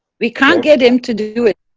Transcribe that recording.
we can't get him to do it.